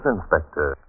Inspector